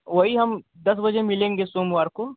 वह ही हम दस बजे मिलेंगे सोमवार को